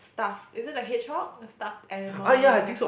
stuffed is it a hedgehog a stuffed animal all of that